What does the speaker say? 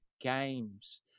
games